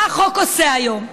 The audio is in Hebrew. מה החוק עושה היום?